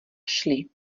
šli